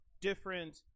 different